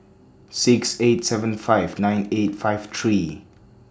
six eight seven five nine eight five three